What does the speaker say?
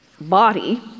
body